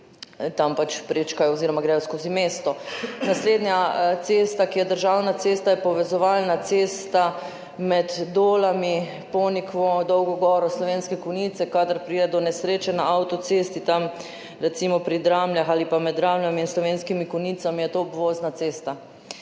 tam pač prečkajo oziroma gredo skozi mesto. Naslednja cesta, ki je državna cesta, je povezovalna cesta med Dolami, Ponikvo, Dolgo goro in Slovenskimi Konjicami. Kadar pride do nesreče na avtocesti, recimo tam pri Dramljah ali pa med Dramljami in Slovenskimi Konjicami, je to obvozna cesta.